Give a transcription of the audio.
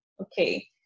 okay